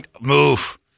move